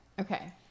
Okay